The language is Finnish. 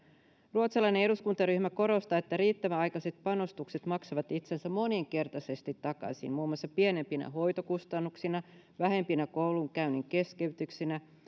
ruotsalainen eduskuntaryhmä korostaa että riittävän aikaiset panostukset maksavat itsensä moninkertaisesti takaisin muun muassa pienempinä hoitokustannuksina vähempinä koulunkäynnin keskeytyksinä